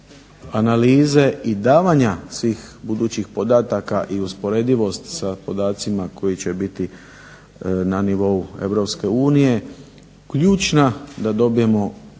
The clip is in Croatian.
analize i davanja svih budućih podataka i usporedivost sa podacima koji će biti na nivou Europske unije ključna da dobijemo